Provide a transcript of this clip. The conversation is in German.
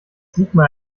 sigmar